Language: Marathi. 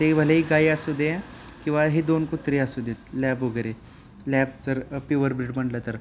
ते भलेही गाई असू दे किंवा हे दोन कुत्री असू देत लॅब वगैरे लॅब तर प्युअर ब्रिड म्हटलं तर